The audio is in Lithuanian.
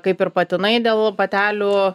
kaip ir patinai dėl patelių